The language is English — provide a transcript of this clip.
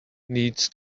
needs